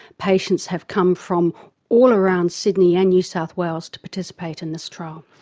patients have come from all around sydney and new south wales to participate in this trial.